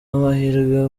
amahirwe